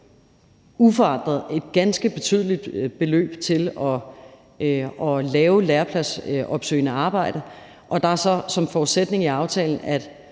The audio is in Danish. uforandret et ganske betydeligt beløb til at lave lærepladsopsøgende arbejde. Og der er så som forudsætning i aftalen, at